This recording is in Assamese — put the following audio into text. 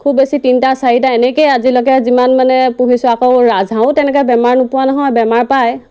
খুব বেছি তিনিটা চাৰিটা এনেকেই আজিলৈকে যিমান মানে পুহিছোঁ আকৌ ৰাজ হাঁহো তেনেকৈ বেমাৰ নোপোৱা নহয় বেমাৰ পায়